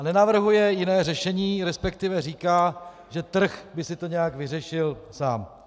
Nenavrhuje jiné řešení, resp. říká, že trh by si to nějak vyřešil sám.